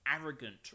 arrogant